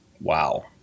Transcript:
wow